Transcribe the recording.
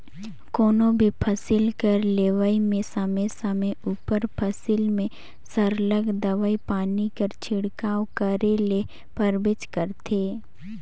कोनो भी फसिल कर लेवई में समे समे उपर फसिल में सरलग दवई पानी कर छिड़काव करे ले परबेच करथे